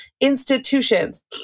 institutions